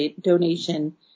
donation